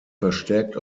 verstärkt